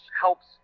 helps